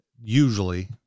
usually